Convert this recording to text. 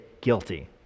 guilty